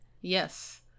Yes